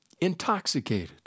intoxicated